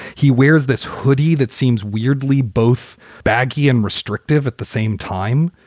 he wears this hoodie that seems weirdly both baggy and restrictive at the same time,